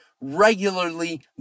regularly